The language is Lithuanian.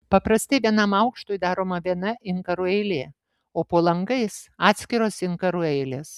paprastai vienam aukštui daroma viena inkarų eilė o po langais atskiros inkarų eilės